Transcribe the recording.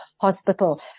Hospital